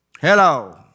Hello